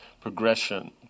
progression